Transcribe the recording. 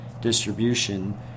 distribution